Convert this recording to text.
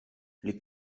les